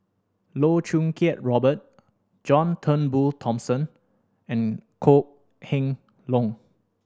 Loh Choo Kiat Robert John Turnbull Thomson and Kok Heng Leun